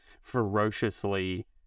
ferociously